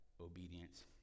obedience